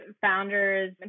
founders